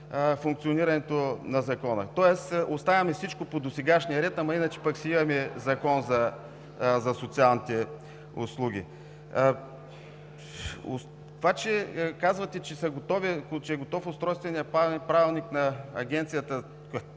функционирането на Закона – тоест оставяме всичко по досегашния ред, ама иначе пък си имаме Закон за социалните услуги! Казвате, че е готов Устройственият правилник на Агенцията,